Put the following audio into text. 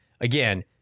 again